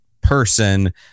person